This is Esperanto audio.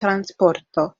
transporto